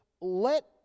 Let